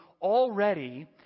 already